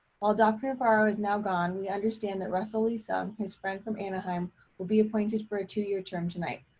while dr. ferraro is now gone, we understand that russell lee-sung, his friend from anaheim will be appointed for a two year term tonight.